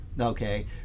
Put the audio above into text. Okay